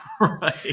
right